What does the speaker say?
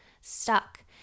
stuck